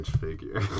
figure